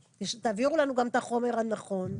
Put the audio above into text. תעבירו לנו גם את החוק המתוקן,